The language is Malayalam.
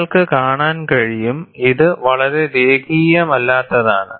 നിങ്ങൾക്ക് കാണാൻ കഴിയും ഇത് വളരെ രേഖീയമല്ലാത്തതാണ്